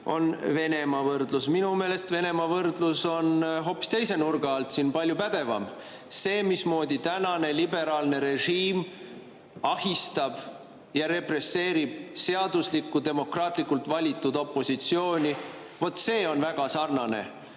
on Venemaaga võrdlus. Minu meelest Venemaaga võrdlus on hoopis teise nurga alt siin palju pädevam. See, mismoodi tänane liberaalne režiim ahistab ja represseerib seaduslikku, demokraatlikult valitud opositsiooni, vot see on väga sarnane